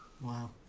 Wow